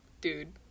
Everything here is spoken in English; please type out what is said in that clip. Dude